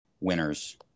winners